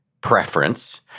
preference